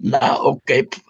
na o kaip